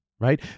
right